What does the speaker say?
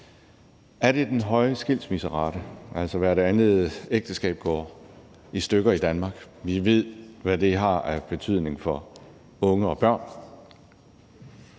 Er det den høje skilsmisserate? Altså, hvert andet ægteskab går i stykker i Danmark, og vi ved, hvad det har af betydning for unge og børn.